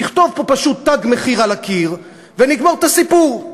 נכתוב פה פשוט "תג מחיר" על הקיר ונגמור את הסיפור,